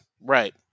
Right